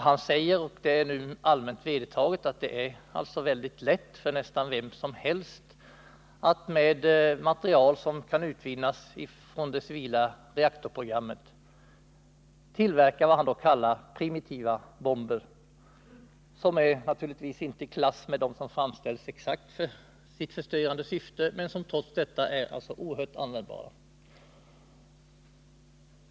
Han säger — detta är numera allmänt vedertaget — att det är mycket lätt för nästan vem som helst att med material som kan utvinnas från det civila reaktorprogrammet tillverka vad man kallar ”primitiva” bomber, som naturligtvis inte är i klass med dem som framställts exakt för sitt förstörande syfte men som trots detta är oerhört användbara.